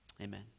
Amen